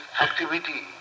activity